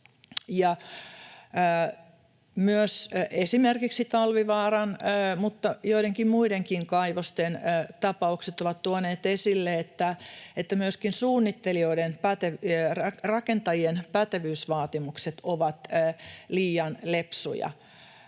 esimerkiksi Talvivaaran, mutta joidenkin muidenkin kaivosten tapaukset ovat tuoneet esille, että myöskin suunnittelijoiden, rakentajien pätevyysvaatimukset ovat liian lepsuja.